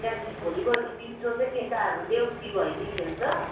त्यहाँदेखि भोलिपल्ट दिउँसो चाहिँ केटाहरू देउसी भैलो खेल्छ